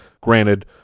Granted